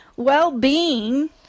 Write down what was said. well-being